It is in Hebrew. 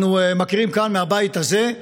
אנחנו מכירים כאן, מהבית הזה,